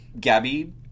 Gabby